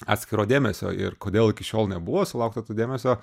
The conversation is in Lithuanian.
atskiro dėmesio ir kodėl iki šiol nebuvo sulaukta to dėmesio